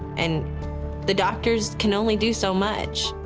and the doctors can only do so much.